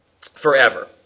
forever